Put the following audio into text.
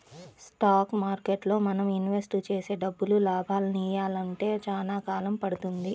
stock మార్కెట్టులో మనం invest చేసే డబ్బులు లాభాలనియ్యాలంటే చానా కాలం పడుతుంది